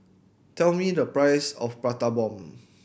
tell me the price of Prata Bomb